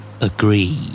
Agree